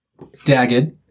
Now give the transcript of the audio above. Dagged